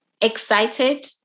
excited